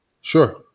Sure